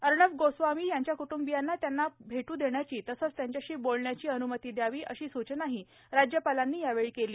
अर्णब गोस्वामी यांच्या क्ट्ंबियांना त्यांना भेट् देण्याची तसंच त्यांच्याशी बोलण्याची अन्मती द्यावी अशी सूचनाही राज्यपालांनी गृहमंत्र्यांना केली